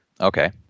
Okay